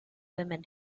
women